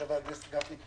שחבר הכנסת גפני,